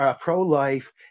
pro-life